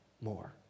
more